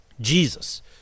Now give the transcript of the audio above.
jesus